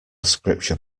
scripture